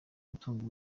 umutungo